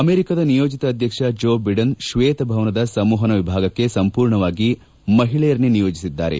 ಅಮೆರಿಕದ ನಿಯೋಜಿತ ಅಧ್ಯಕ್ಷ ಜೊ ಬೈದನ್ ಶ್ವೇತಭವನದ ಸಂವಹನ ವಿಭಾಗಕ್ಕೆ ಸಂಪೂರ್ಣವಾಗಿ ಮಹಿಳೆಯರನ್ನೇ ನಿಯೋಜಿಸಿದ್ದಾರೆ